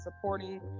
supporting